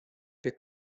wir